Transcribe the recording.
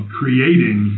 creating